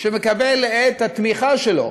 מקבל את התמיכה שלו,